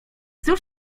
cóż